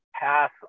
pass